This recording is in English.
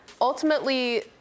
ultimately